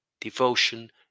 devotion